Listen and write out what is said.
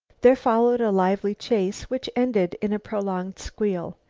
there followed a lively chase which ended in a prolonged squeal.